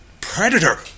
Predator